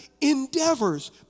endeavors